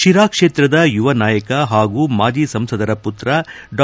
ಶಿರಾ ಕ್ಷೇತ್ರದ ಯುವ ನಾಯಕ ಹಾಗೂ ಮಾಜಿ ಸಂಸದರ ಪುತ್ರ ಡಾ